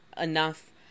enough